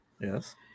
Yes